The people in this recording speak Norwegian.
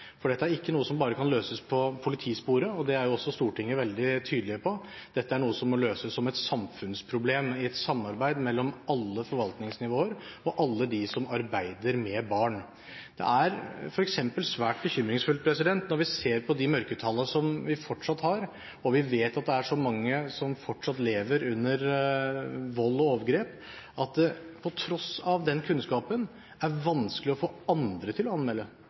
For dette er ikke noe som bare kan løses på politisporet – og det er også Stortinget veldig tydelig på – dette er noe som må løses som et samfunnsproblem, i et samarbeid mellom alle forvaltningsnivåer og alle dem som arbeider med barn. Det er f.eks. svært bekymringsfullt når vi ser på de mørketallene som vi fortsatt har, og vi vet at det er så mange som fortsatt lever under vold og overgrep, at det på tross av den kunnskapen er vanskelig å få andre til å anmelde